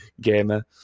gamer